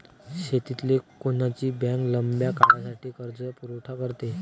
शेतीले कोनची बँक लंब्या काळासाठी कर्जपुरवठा करते?